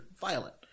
violent